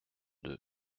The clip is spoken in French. deux